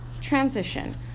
transition